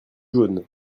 jaunes